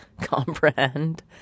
comprehend